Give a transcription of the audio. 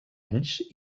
anys